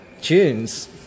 tunes